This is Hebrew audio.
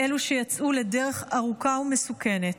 שיצאו לדרך ארוכה ומסוכנת,